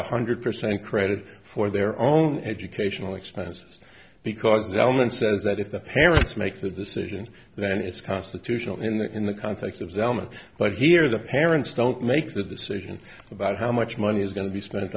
one hundred percent credit for their own educational expenses because ellen says that if the parents make the decisions then it's constitutional in that in the context of zelman but here the parents don't make the decision about how much money is going to be spent